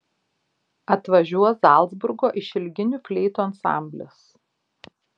atvažiuos zalcburgo išilginių fleitų ansamblis